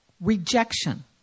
rejection